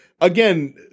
Again